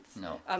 no